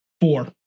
four